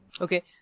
Okay